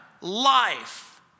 life